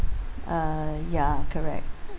uh ya correct